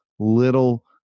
little